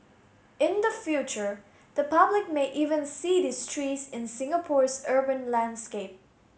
in the future the public may even see these trees in Singapore's urban landscape